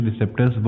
receptors